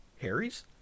Harry's